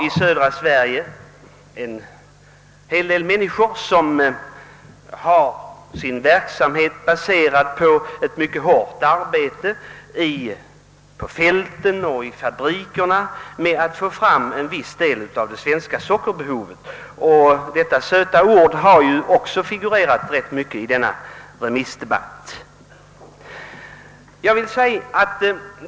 I södra Sverige har en hel del människor sin verksamhet baserad på ett mycket hårt arbete på fälten och i fabrikerna med att få fram en viss del av det svenska sockerbehovet. Detta söta ord har också figurerat ganska mycket i denna remissdebatt.